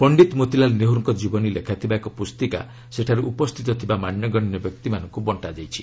ପଶ୍ଚିତ ମୋତିଲାଲ୍ ନେହେରୁଙ୍କ ଜୀବନୀ ଲେଖାଥିବା ଏକ ପୁଞ୍ଚିକା ସେଠାରେ ଉପସ୍ଥିତ ଥିବା ମାନ୍ୟଗଣ୍ୟ ବ୍ୟକ୍ତିମାନଙ୍କୁ ବଣ୍ଟାଯାଇଛି